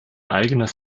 eigenes